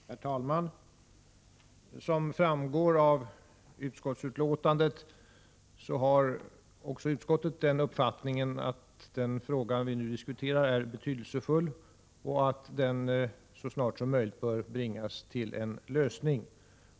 Herr talman! Som framgår av betänkandet har också utskottet den uppfattningen att den fråga vi nu diskuterar är betydelsefull och så snart som möjligt bör bringas till en lösning.